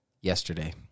yesterday